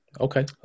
okay